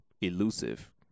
Elusive